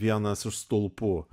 vienas iš stulpų